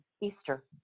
Easter